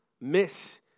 miss